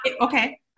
Okay